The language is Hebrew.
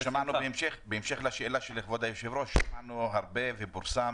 בהמשך לשאלה של כבוד היושב-ראש, שמענו הרבה ופורסם